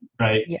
right